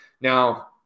Now